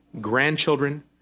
grandchildren